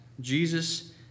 Jesus